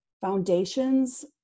foundations